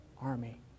army